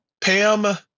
Pam